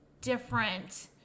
different